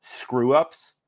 screw-ups